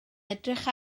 edrych